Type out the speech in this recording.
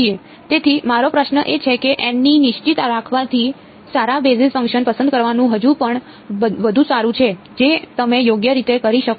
તેથી મારો પ્રશ્ન એ છે કે N ને નિશ્ચિત રાખવાથી સારા બેઝિસ ફંક્શન્સ પસંદ કરવાનું હજુ પણ વધુ સારું છે જે તમે યોગ્ય રીતે કરી શકો